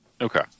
Okay